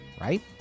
right